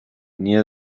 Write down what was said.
near